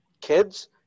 kids